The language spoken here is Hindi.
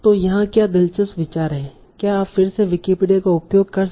अब यहाँ क्या दिलचस्प विचार है क्या आप फिर से विकिपीडिया का उपयोग कर सकते हैं